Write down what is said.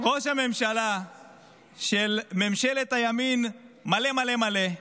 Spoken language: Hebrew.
ראש הממשלה של ממשלת הימין מלא מלא מלא,